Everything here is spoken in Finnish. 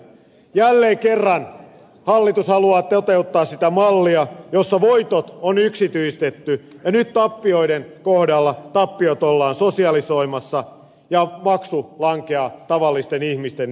jälleen kerran hallitus haluaa toteuttaa sitä mallia jossa voitot on yksityistetty ja nyt tappioiden kohdalla tappiot ollaan sosialisoimassa ja maksu lankeaa tavallisten ihmisten niskoille